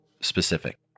specific